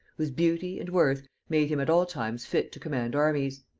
whose beauty and worth made him at all times fit to command armies.